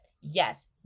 Yes